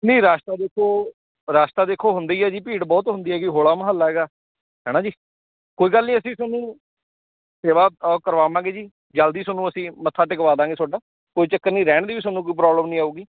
ਨਹੀਂ ਰਸ਼ ਤਾਂ ਦੇਖੋ ਰਸ਼ ਤਾਂ ਦੇਖੋ ਹੁੰਦਾ ਹੀ ਹੈ ਜੀ ਭੀੜ ਬਹੁਤ ਹੁੰਦੀ ਹੈਗੀ ਹੋਲਾ ਮਹੱਲਾ ਹੈਗਾ ਹੈ ਨਾ ਜੀ ਕੋਈ ਗੱਲ ਨਹੀਂ ਅਸੀਂ ਤੁਹਾਨੂੰ ਸੇਵਾ ਕਰਵਾਵਾਂਗੇ ਜੀ ਜਲਦੀ ਤੁਹਾਨੂੰ ਅਸੀਂ ਮੱਥਾ ਟਿਕਵਾ ਦਾਂਗੇ ਤੁਹਾਡਾ ਕੋਈ ਚੱਕਰ ਨਹੀਂ ਰਹਿਣ ਦੀ ਵੀ ਤੁਹਾਨੂੰ ਕੋਈ ਪ੍ਰੋਬਲਮ ਨਹੀਂ ਆਊਗੀ